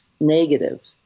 negative